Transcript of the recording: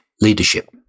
leadership